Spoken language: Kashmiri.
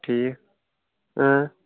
ٹھیٖک اۭں